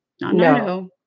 No